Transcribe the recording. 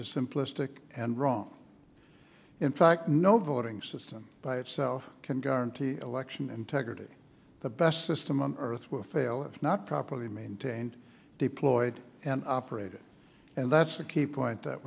is simplistic and wrong in fact no voting system by itself can guarantee election integrity the best system on earth will fail if not properly maintained deployed and operated and that's the key point that